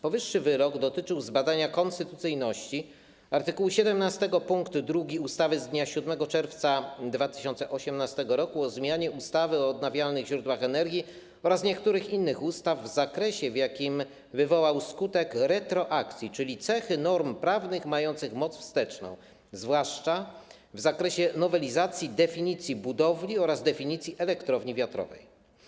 Powyższy wyrok dotyczył zbadania konstytucyjności art. 17 pkt 2 ustawy z dnia 7 czerwca 2018 r. o zmianie ustawy o odnawialnych źródłach energii oraz niektórych innych ustaw w zakresie, w jakim wywołał skutek retroakcji, czyli cechy norm prawnych mających moc wsteczną, zwłaszcza w zakresie nowelizacji definicji budowli oraz definicji elektrowni wiatrowej.